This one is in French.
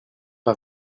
pas